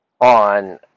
on